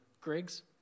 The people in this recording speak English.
Griggs